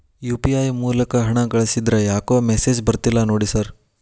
UPI ಮೂಲಕ ಹಣ ಕಳಿಸಿದ್ರ ಯಾಕೋ ಮೆಸೇಜ್ ಬರ್ತಿಲ್ಲ ನೋಡಿ ಸರ್?